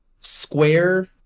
Square